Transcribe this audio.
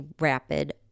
rapid